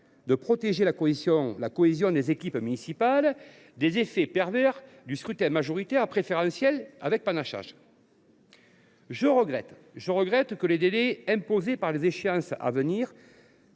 de protéger la cohésion des équipes municipales des effets pervers du scrutin majoritaire préférentiel avec panachage. Je regrette toutefois que les délais imposés par les prochaines